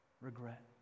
regret